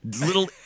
little